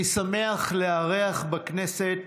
אני שמח לארח בכנסת